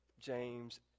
James